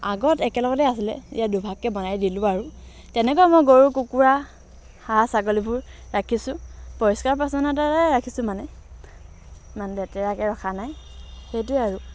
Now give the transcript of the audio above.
আগত একেলগতে আছিলে এতিয়া দুভাগকৈ বনাই দিলোঁ আৰু তেনেকৈ মই গৰু কুকুৰা হাঁহ ছাগলীবোৰ ৰাখিছোঁ পৰিষ্কাৰ পৰিচ্ছন্নতাৰে ৰাখিছোঁ মানে ইমান লেতেৰাকৈ ৰখা নাই সেইটোৱে আৰু